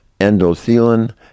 endothelin